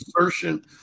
assertion